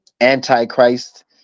antichrist